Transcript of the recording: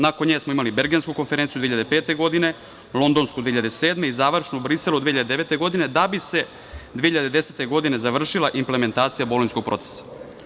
Nakon nje smo imali Bergensku konferenciju 2005. godine, londonsku 2007. godine i završnu u Briselu 2009. godine, da bi se 2010. godine završila implementacija Bolonjskog procesa.